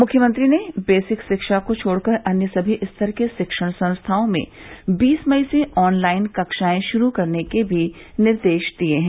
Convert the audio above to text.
मुख्यमंत्री ने बेसिक शिक्षा को छोड़कर अन्य समी स्तर के शिक्षण संस्थाओं में बीस मई से ऑनलाइन कक्षाएं शुरू करने के भी निर्देश दिये हैं